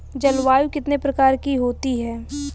जलवायु कितने प्रकार की होती हैं?